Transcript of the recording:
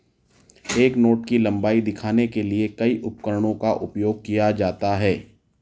एक नोट की लंबाई दिखाने के लिए कई उपकरणों का उपयोग किया जाता है